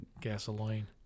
gasoline